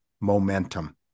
momentum